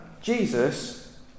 Jesus